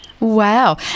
Wow